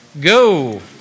go